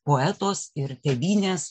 poetos ir tėvynės